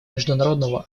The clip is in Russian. международному